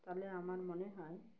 তাহলে আমার মনে হয়